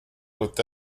doit